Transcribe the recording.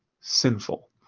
sinful